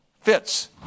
fits